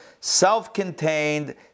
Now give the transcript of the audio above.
self-contained